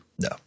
No